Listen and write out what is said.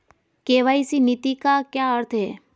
KYC नीति का क्या अर्थ है?